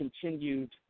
continued